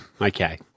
Okay